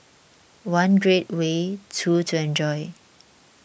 one great way two to enjoy